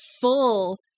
full